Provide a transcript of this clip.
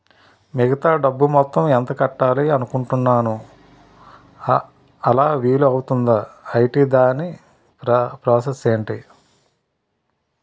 మిగతా డబ్బు మొత్తం ఎంత కట్టాలి అనుకుంటున్నాను అలా వీలు అవ్తుంధా? ఐటీ దాని ప్రాసెస్ ఎంటి?